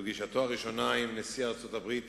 שבפגישתו הראשונה עם נשיא ארצות-הברית